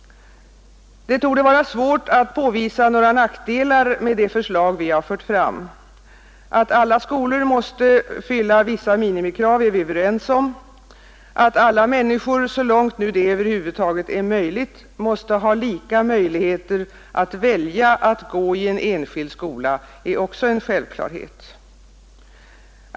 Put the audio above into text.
Det torde vara svårt att påvisa några nackdelar med det förslag vi fört fram. Att alla skolor måste fylla vissa minimikrav är vi överens om. Att alla människor, så långt nu detta över huvud taget är möjligt, måste ha samma möjligheter att välja att gå i en enskild skola är också en självklarhet.